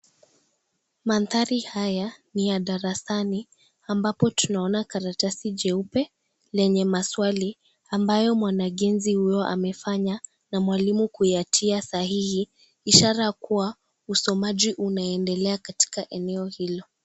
Mandhari haya ni ya darasani, ambapo tunaona karatasi jeupe, lenye maswali ambayo mwanagenzi huyo amefanya na mwalimu kuyatia sahihi, ishara kuwa usomaji unaendelea katika eneo hilo.